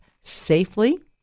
safely